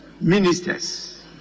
ministers